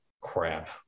Crap